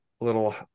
little